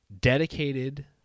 dedicated